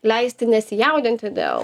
leisti nesijaudinti dėl